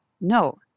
no